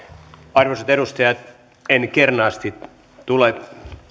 arvoisat edustajat en kernaasti tule